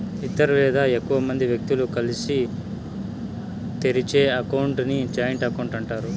ఇద్దరు లేదా ఎక్కువ మంది వ్యక్తులు కలిసి తెరిచే అకౌంట్ ని జాయింట్ అకౌంట్ అంటారు